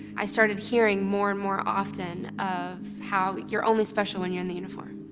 i started hearing more and more often of how you're only special when you're in the uniform.